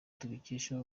tubikesha